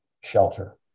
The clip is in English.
shelter